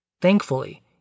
Thankfully